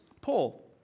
Paul